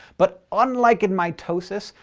but unlike in mitosis,